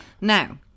Now